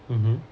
mmhmm